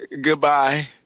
Goodbye